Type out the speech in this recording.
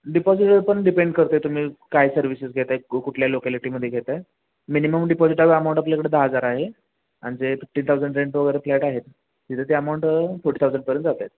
deposit पण depend करते तुम्ही काय सर्विसेस घेत आहे कु कुठल्या लोकॅलिटीमध्ये घेत आहे मिनिमम डिपॉजिटावर आमाऊंट आपल्याकडे दहा हजार आहे आणि जे फिफ्टीन थाउजंड रेंट वगैरे फ्लॅट आहेत तिथं ते अमाऊंट फोर्टी थाउजंडपर्यंत जात आहेत